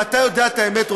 ואתה יודע את האמת,